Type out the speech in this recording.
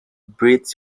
breeds